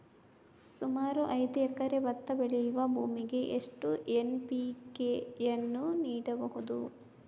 ಸುಮಾರು ಐದು ಎಕರೆ ಭತ್ತ ಬೆಳೆಯುವ ಭೂಮಿಗೆ ಎಷ್ಟು ಎನ್.ಪಿ.ಕೆ ಯನ್ನು ನೀಡಬಹುದು?